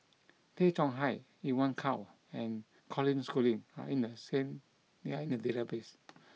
Tay Chong Hai Evon Kow and Colin Schooling are in the skin they are in the database